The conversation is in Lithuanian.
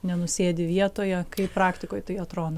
nenusėdi vietoje kaip praktikoj tai atrodo